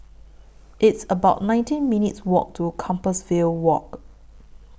It's about nineteen minutes' Walk to Compassvale Walk